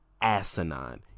asinine